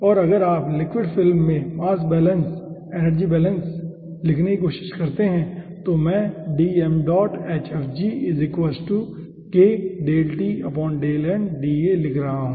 और अगर आप लिक्विड फिल्म में मास बैलेंस एनर्जी बैलेंस करने की कोशिश करते हैं तो मैं लिख रहा हूं